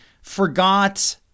forgot